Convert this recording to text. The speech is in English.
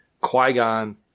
Qui-Gon